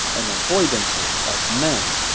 and avoidances of men.